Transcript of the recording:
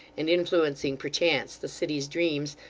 and influencing perchance the city's dreams,